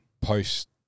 post